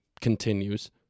continues